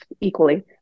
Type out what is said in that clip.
equally